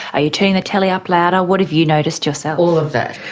are you turning the telly up louder? what have you noticed yourself? all of that.